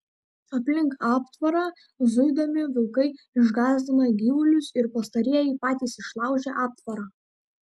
aplink aptvarą zuidami vilkai išgąsdina gyvulius ir pastarieji patys išlaužia aptvarą